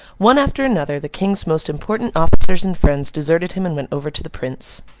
one after another, the king's most important officers and friends deserted him and went over to the prince.